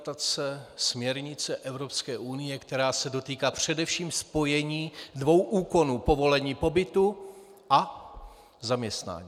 To je implementace směrnice Evropské unie, která se dotýká především spojení dvou úkonů: povolení pobytu a zaměstnání.